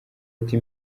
ati